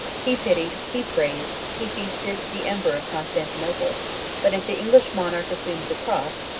he pitied, he praised, he feasted, the emperor of constantinople but if the english monarch assumed the cross,